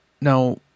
Now